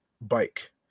bike